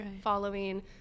following